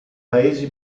paesi